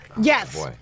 Yes